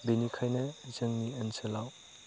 बिनिखायनो जोंनि ओनसोलाव